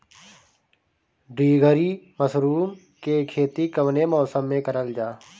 ढीघरी मशरूम के खेती कवने मौसम में करल जा?